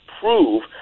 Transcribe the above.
prove